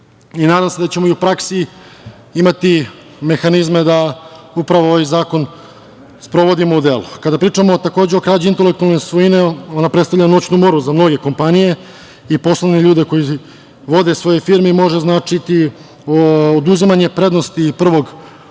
se da ćemo i u praksi imati mehanizme da upravo ovaj zakon sprovodimo u delo. Kada pričamo o krađi intelektualne svojine, ona predstavlja noćnu moru za mnoge kompanije i poslovne ljude koji vode svoje firme i može značiti oduzimanje prednosti prvo ulaska